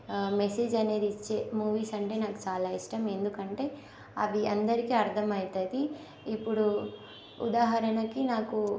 message అనేది ఇచ్చే movies అంటే నాకు చాలా ఇష్టం ఎందుకంటే అవి అందరికి అర్ధమైతది ఇప్పడు ఉదాహరణకి నాకు